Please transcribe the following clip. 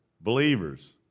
believers